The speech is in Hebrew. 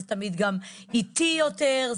זה תמיד איטי יותר,